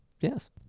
Yes